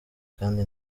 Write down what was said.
kandi